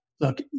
Look